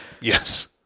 Yes